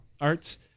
arts